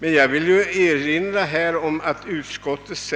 Men jag vill erinra om att utskottet